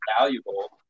valuable